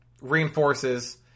reinforces